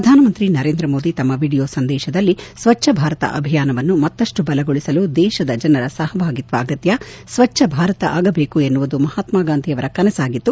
ಪ್ರಧಾನಮಂತ್ರಿ ನರೇಂದ್ರ ಮೋದಿ ತಮ್ಮ ವಿಡೀಯೋ ಸಂದೇಶದಲ್ಲಿ ಸ್ವಚ್ಛ ಭಾರತ ಅಭಿಯಾನವನ್ನು ಮತ್ತಪ್ಪು ಬಲಗೊಳಿಸಲು ದೇಶದ ಜನರ ಸಹಭಾಗಿತ್ವ ಅಗತ್ತ್ ಸ್ವಚ್ದ ಭಾರತವಾಗಬೇಕು ಎನ್ನುವುದು ಮಹಾತ್ಮ ಗಾಂಧಿ ಅವರ ಕನಸಾಗಿತ್ತು